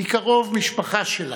מקרוב משפחה שלנו,